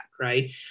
Right